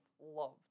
loved